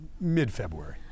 mid-February